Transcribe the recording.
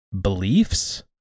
beliefs